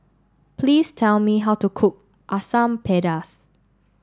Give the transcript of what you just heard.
please tell me how to cook Asam Pedas